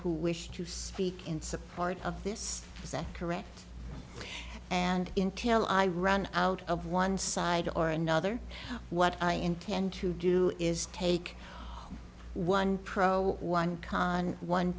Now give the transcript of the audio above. who wish to speak in support of this is that correct and intil i run out of one side or another what i intend to do is take one pro one con